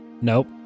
Nope